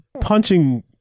punching